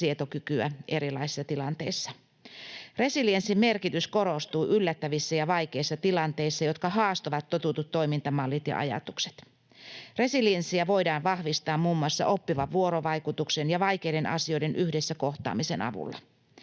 sietokykyä erilaisissa tilanteissa. Resilienssin merkitys korostuu yllättävissä ja vaikeissa tilanteissa, jotka haastavat totutut toimintamallit ja ajatukset. Resilienssiä voidaan vahvistaa muun muassa oppivan vuorovaikutuksen ja vaikeiden asioiden yhdessä kohtaamisen avulla.